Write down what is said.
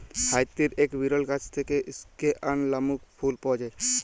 হাইতির এক বিরল গাছ থেক্যে স্কেয়ান লামক ফুল পাওয়া যায়